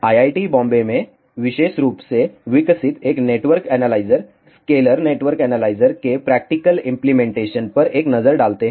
IIT Bombay में विशेष रूप से विकसित एक network analyser scalar network analyser के प्रैक्टिकल इंप्लीमेंटेशन पर एक नजर डालते हैं